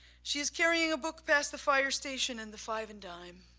she is carrying a book past the fire station in the five and dime.